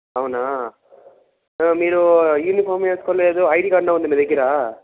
అవునా మీరు యూనిఫామ్ వేసుకోలేదు ఐడి కార్డ్ అన్నా ఉందా మీ దగ్గిరా